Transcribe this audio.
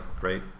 great